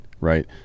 right